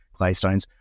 claystones